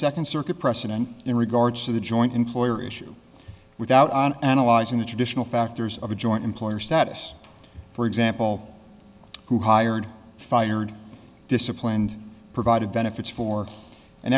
second circuit precedent in regards to the joint enclosure issue without on analyzing the traditional factors of a joint employer status for example who hired fired disciplined provide